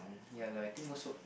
ya lah I think also